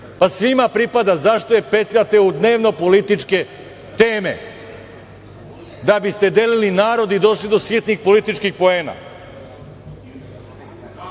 Svima pripada, zašto je petljate u dnevno političke teme? Da biste delili narod i došli do sitnih političkih poena?